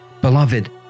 Beloved